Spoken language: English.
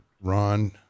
Ron